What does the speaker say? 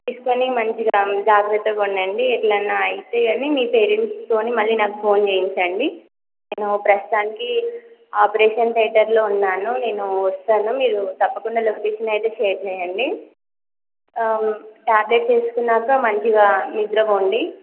తీసుకొని మంచిగా జాగ్రత్తగా ఉండండి ఎట్లన్న అయితే కానీ మీ పేరెంట్స్తోని మళ్ళీ నాకు ఫోన్ చేయించండి నేను ప్రస్తుతానికి ఆపరేషన్ థియేటర్లో ఉన్నాను నేను వస్తాను మీరు తప్పకుండా లొకేషన్ అయితే షేర్ చేయండి టాబ్లెట్స్ వేసుకున్నాక మంచిగా నిద్రపోండి